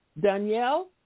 Danielle